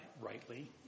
rightly